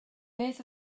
beth